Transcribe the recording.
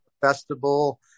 festival